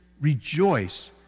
rejoice